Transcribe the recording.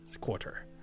quarter